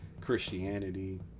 Christianity